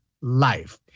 life